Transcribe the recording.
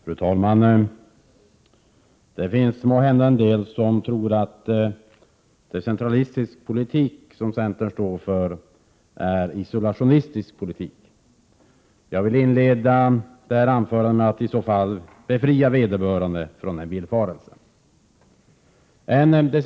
Fru talman! Det finns måhända en del som tror att decentralistisk politik, 4 maj 1988 som centern står för, är isolationistisk politik. Jag vill inleda detta anförande med att i så fall befria vederbörande från den villfarelsen.